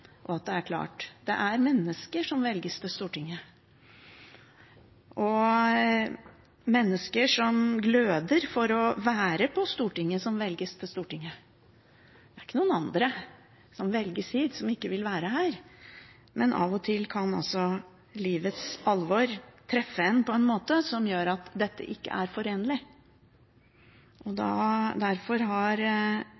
at det er klart. Det er mennesker som velges til Stortinget, mennesker som gløder for å være på Stortinget, som velges til Stortinget. Det er ikke noen som velges hit som ikke vil være her. Men av og til kan altså livets alvor treffe en på en måte som gjør at dette ikke er forenlig.